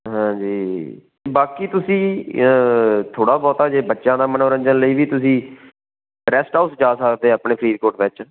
ਹਾਂਜੀ ਬਾਕੀ ਤੁਸੀਂ ਥੋੜ੍ਹਾ ਬਹੁਤਾ ਜੇ ਬੱਚਿਆਂ ਦਾ ਮਨੋਰੰਜਨ ਲਈ ਵੀ ਤੁਸੀਂ ਰੈਸਟ ਹਾਊਸ ਜਾ ਸਕਦੇ ਆਪਣੇ ਫਰੀਦਕੋਟ ਵਿੱਚ